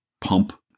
pump